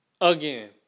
Again